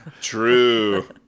True